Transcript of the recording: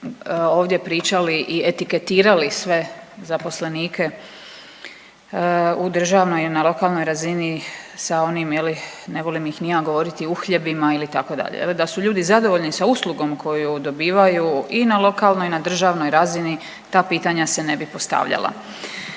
ovdje pričali i etiketirali sve zaposlenike u državnoj i na lokalnoj razini sa onim je li ne volim ih ni ja govoriti uhljebima ili tako dalje. Da su ljudi zadovoljni sa uslugom koju dobivaju i na lokalnoj i na državnoj razini ta pitanja se ne bi postavljala.